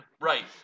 Right